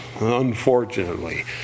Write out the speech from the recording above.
Unfortunately